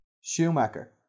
Schumacher